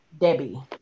Debbie